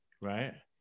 right